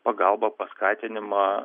pagalbą paskatinimą